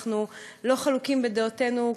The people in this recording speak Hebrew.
אנחנו לא חלוקים בדעותינו,